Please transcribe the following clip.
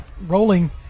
rolling